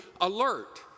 alert